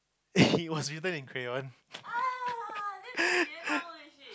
he was written in crayon